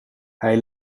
hij